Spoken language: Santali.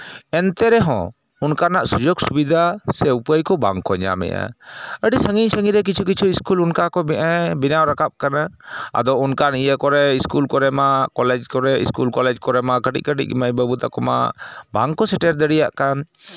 ᱮᱱᱛᱮ ᱨᱮᱦᱚᱸ ᱚᱱᱠᱟᱱᱟᱜ ᱥᱩᱡᱳᱜᱽ ᱥᱩᱵᱤᱫᱷᱟ ᱥᱮ ᱩᱯᱟᱹᱭ ᱠᱚ ᱵᱟᱝᱠᱚ ᱧᱟᱢ ᱮᱜᱼᱟ ᱟᱹᱰᱤ ᱥᱟᱺᱜᱤᱧ ᱥᱟᱺᱜᱤᱧ ᱨᱮ ᱠᱤᱪᱷᱩ ᱠᱤᱪᱷᱩ ᱤᱥᱠᱩᱞ ᱚᱱᱠᱟ ᱠᱚ ᱵᱮᱱᱟᱣ ᱨᱟᱠᱟᱵᱽ ᱠᱟᱱᱟ ᱟᱫᱚ ᱚᱱᱠᱟᱱ ᱤᱭᱟᱹ ᱠᱚᱨᱮᱜ ᱤᱥᱠᱩᱞ ᱠᱚᱨᱮ ᱢᱟ ᱠᱚᱞᱮᱡᱽ ᱠᱚᱨᱮᱜ ᱤᱥᱠᱩᱞ ᱠᱚᱞᱮᱡᱽ ᱠᱚᱨᱮᱜ ᱢᱟ ᱠᱟᱹᱴᱤᱡ ᱠᱟᱹᱴᱤᱡ ᱢᱟᱹᱭ ᱵᱟᱹᱵᱩ ᱛᱟᱠᱚ ᱢᱟ ᱵᱟᱝ ᱠᱚ ᱥᱮᱴᱮᱨ ᱫᱟᱲᱮᱭᱟᱜ ᱠᱟᱱ